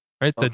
right